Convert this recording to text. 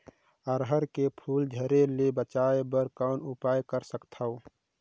अरहर के फूल झरे ले बचाय बर कौन उपाय कर सकथव?